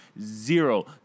Zero